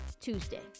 Tuesday